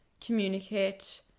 communicate